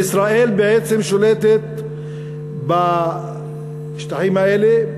ישראל בעצם שולטת בשטחים האלה,